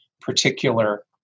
particular